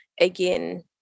again